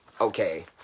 Okay